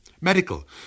Medical